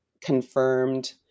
confirmed